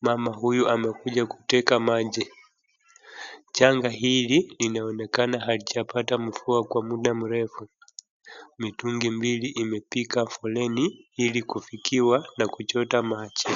Mama huyo amekuja kuteka maji. Janga hili linaonaekana halijapata mvua kwa muda mrefu. Mitungi mbili imepiga foleni ili kufikiwa na kuchota maji.